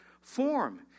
form